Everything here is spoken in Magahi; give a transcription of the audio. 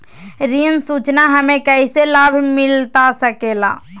ऋण सूचना हमें कैसे लाभ मिलता सके ला?